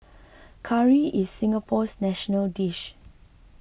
Curry is Singapore's national dish